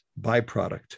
byproduct